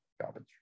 garbage